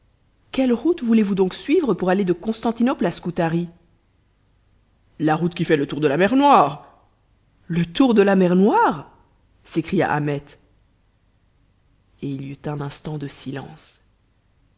quelle route voulez-vous donc suivre pour aller de constantinople à scutari la route qui fait le tour de la mer noire le tour de la mer noire s'écria ahmet et il y eut un instant de silence